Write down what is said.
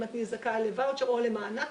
אם אני זכאי לוואוצ'ר או למענק,